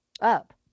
up